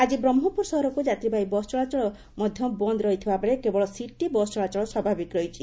ଆଜି ବ୍ରହ୍କପୁର ସହରକୁ ଯାତ୍ରୀବାହୀ ବସ୍ ଚଳାଚଳ ବନ୍ଦ ରହିଥିବାବେଳେ କେବଳ ସିଟି ବସ୍ ଚଳାଚଳ ସ୍ୱାଭାବିକ ରହିଛି